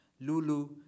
Lulu